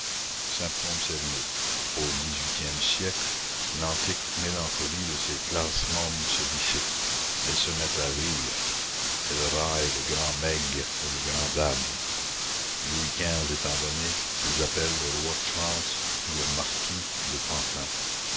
symptôme sérieux au dix-huitième siècle l'antique mélancolie de ces classes mornes se dissipe elles se mettent à rire elles raillent le grand meg et le grand dab louis xv étant donné elles appellent le roi de france le marquis de pantin